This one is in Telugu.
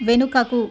వెనుకకు